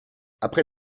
après